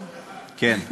כן.